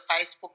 Facebook